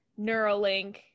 Neuralink